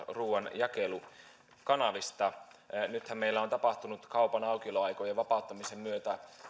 ruuanjakelukanavista nythän meillä on tapahtunut kaupan aukioloaikojen vapauttamisen myötä